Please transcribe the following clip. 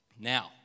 Now